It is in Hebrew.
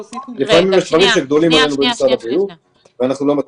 לפעמים יש דברים שגדולים עלינו במשרד הבריאות ואנחנו לא מצליחים.